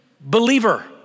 believer